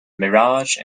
mirage